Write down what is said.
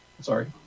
Sorry